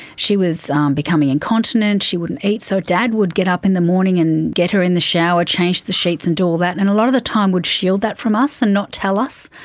she was um becoming incontinent, she wouldn't eat. so dad would get up in the morning and get her in the shower, change the sheets and do all that, and a lot of the time would shield that from us and not tell us.